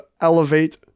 Elevate